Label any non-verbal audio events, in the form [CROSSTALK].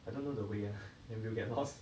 I don't know the way ah [LAUGHS] we get lost